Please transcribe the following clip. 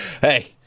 Hey